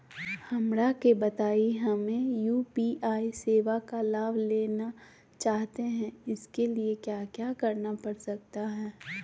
हमरा के बताइए हमें यू.पी.आई सेवा का लाभ लेना चाहते हैं उसके लिए क्या क्या करना पड़ सकता है?